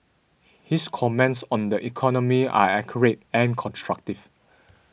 his comments on the economy are accurate and constructive